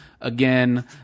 Again